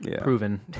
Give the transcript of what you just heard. Proven